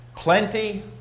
Plenty